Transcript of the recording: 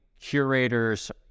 curators